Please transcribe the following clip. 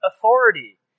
authority